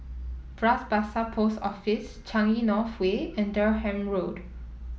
Bras Basah Post Office Changi North Way and Durham Road